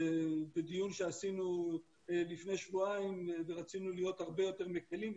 בדיון שעשינו לפני שבועיים ורצינו להיות הרבה יותר מקלים,